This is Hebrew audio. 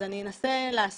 אז אני אנסה להסביר,